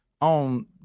on